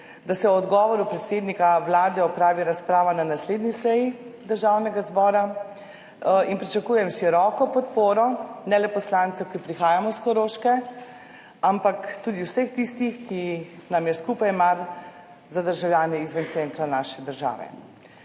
da se o odgovoru predsednika Vlade opravi razprava na naslednji seji Državnega zbora, in pričakujem široko podporo ne le poslancev, ki prihajamo s Koroške, ampak tudi vseh tistih, ki nam je skupaj mar za državljane izven centra naše države.